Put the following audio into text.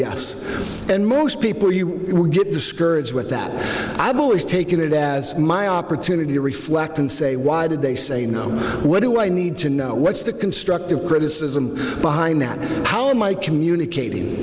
yes and most people you get discouraged with that i've always taken it as my opportunity to reflect and say why did they say no what do i need to know what's the constructive criticism behind that how am i communicat